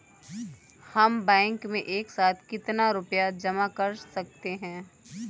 हम बैंक में एक साथ कितना रुपया जमा कर सकते हैं?